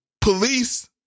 police